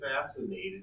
fascinated